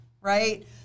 right